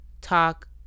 talk